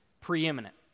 preeminent